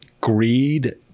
greed